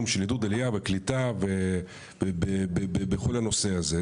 של עידוד עלייה וקליטה ובכל הנושא הזה,